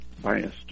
biased